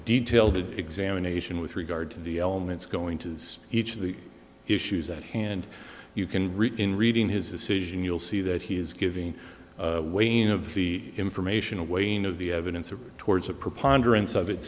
detailed examination with regard to the elements going to his each of the issues at hand you can read in reading his decision you'll see that he is giving wayne of the information away and of the evidence of towards a preponderance of it